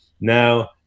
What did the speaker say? Now